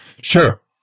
Sure